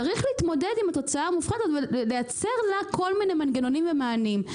צריך להתמודד עם התוצאה הזאת ולייצר לה כל מיני מנגנונים ומענים,